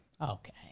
Okay